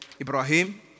Ibrahim